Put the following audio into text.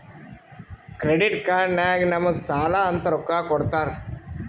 credit card ನಾಗ್ ನಮುಗ್ ಸಾಲ ಅಂತ್ ರೊಕ್ಕಾ ಕೊಡ್ತಾರ್